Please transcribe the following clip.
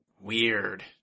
weird